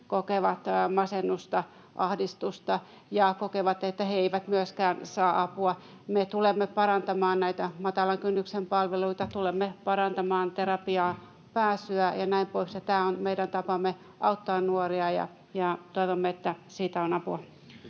kokevat masennusta ja ahdistusta ja kokevat, että he eivät myöskään saa apua. Me tulemme parantamaan näitä matalan kynnyksen palveluita, tulemme parantamaan terapiaan pääsyä ja näin poispäin. Tämä on meidän tapamme auttaa nuoria, ja toivomme, että siitä on apua.